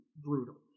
brutal